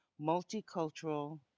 multicultural